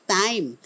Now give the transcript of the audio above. time